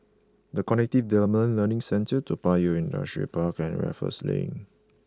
The Cognitive Development Learning Centre Toa Payoh Industrial Park and Raffles Link